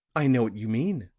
i know what you mean,